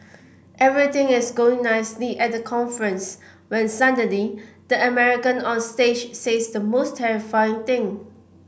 everything is going nicely at the conference when suddenly the American on stage says the most terrifying thing